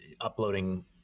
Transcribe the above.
uploading